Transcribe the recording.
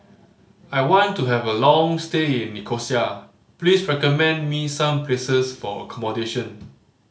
I want to have a long stay in Nicosia please recommend me some places for accommodation